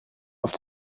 auf